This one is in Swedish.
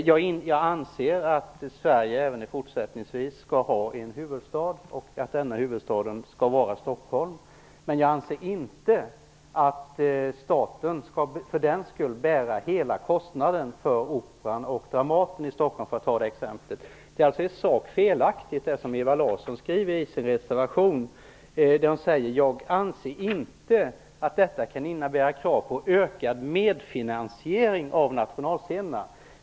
Jag anser att Sverige även fortsättningsvis skall ha en huvudstad och att denna huvudstad skall vara Stockholm. Men jag anser inte att staten för den skull skall bära hela kostnaden för Operan och Dramaten i Stockholm, för att ta de exemplen. Det som Ewa Larsson skriver i sin reservation är alltså i sak felaktigt. Hon skriver: Jag anser inte att detta kan innebära krav på ökad medfinansiering av nationalscenerna.